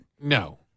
No